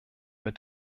mit